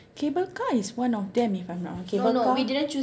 cable car is one of them if I'm not wrong cable car